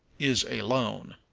is a loan.